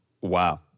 Wow